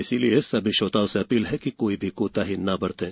इसलिए सभी श्रोताओं से अपील है कि कोई भी कोताही न बरतें